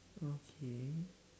okay